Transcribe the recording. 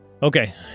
Okay